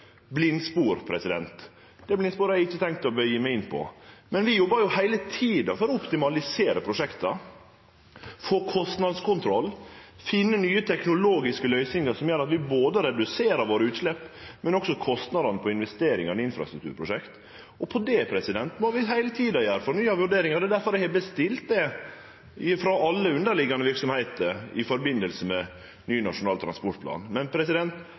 eg ikkje tenkt å gå inn på. Vi jobbar heile tida for å optimalisere prosjekt, få kostnadskontroll, finne nye teknologiske løysingar som gjer at vi reduserer både utsleppa og kostnadene på investeringane i infrastrukturprosjekt. Vi må heile tida gjere nye vurderingar, og det er difor eg har bestilt det frå alle underliggjande verksemder i forbindelse med ny nasjonal transportplan.